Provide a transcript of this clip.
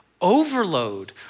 overload